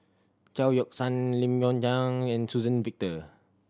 Chao Yoke San Lim and Suzann Victor